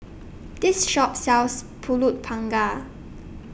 This Shop sells Pulut Panggang